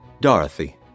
Dorothy